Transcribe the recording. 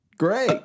great